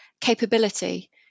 capability